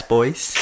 Boys